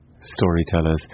storytellers